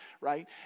right